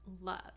love